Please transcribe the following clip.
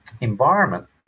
environment